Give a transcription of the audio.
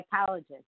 psychologist